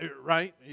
right